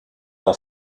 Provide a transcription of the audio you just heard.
dans